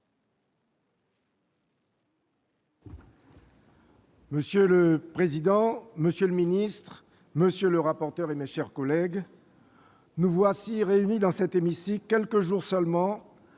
Monsieur le président, monsieur le ministre, mes chers collègues, nous voici réunis dans cet hémicycle quelques jours seulement